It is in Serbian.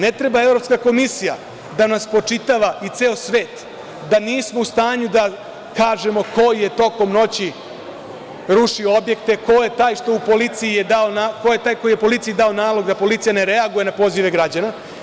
Ne treba Evropska komisija da nam spočitava i ceo svet da nismo u stanju da kažemo ko je tokom noći rušio objekte, ko je taj koji je policiji dao nalog da policija ne reaguje na pozive građana.